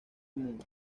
moon